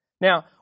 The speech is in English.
Now